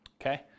Okay